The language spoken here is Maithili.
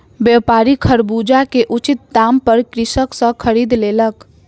व्यापारी खरबूजा के उचित दाम पर कृषक सॅ खरीद लेलक